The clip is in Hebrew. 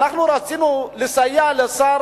ואנחנו רצינו לסייע לשר,